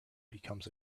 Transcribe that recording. becomes